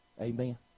Amen